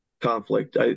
conflict